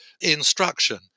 instruction